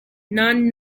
non